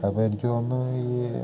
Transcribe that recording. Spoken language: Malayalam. അപ്പം എനിക്ക് തോന്നുന്നു ഈ